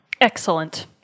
excellent